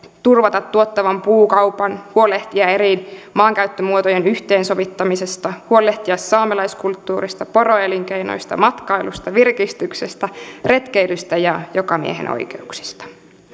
turvata tuottavan puukaupan huolehtia eri maankäyttömuotojen yhteensovittamisesta huolehtia saamelaiskulttuurista poroelinkeinosta matkailusta virkistyksestä retkeilystä ja jokamiehenoikeuksista